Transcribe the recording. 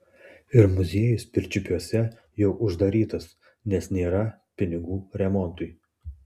ir muziejus pirčiupiuose jau uždarytas nes nėra pinigų remontui